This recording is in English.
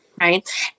Right